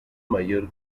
mayor